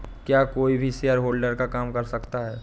क्या कोई भी शेयरहोल्डर का काम कर सकता है?